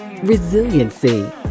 Resiliency